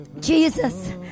Jesus